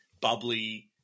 bubbly